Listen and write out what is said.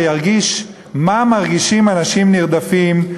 שירגיש מה מרגישים אנשים נרדפים,